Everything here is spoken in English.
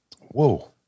Whoa